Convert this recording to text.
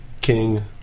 King